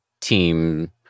team